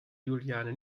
juliane